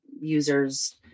users